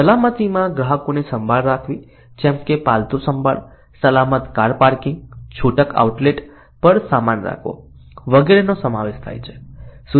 સલામતીમાં ગ્રાહકોની સંભાળ રાખવી જેમ કે પાલતુ સંભાળ સલામત કાર પાર્કિંગ છૂટક આઉટલેટ પર સામાન રાખવો વગેરેનો સમાવેશ થાય છે